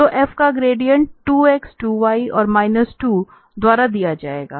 तो f का gradient 2 x 2 y और माइनस 2 द्वारा दिया जाएगा